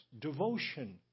devotion